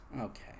Okay